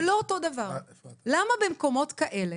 זה לא אותו דבר, למה במקומות כאלה